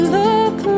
look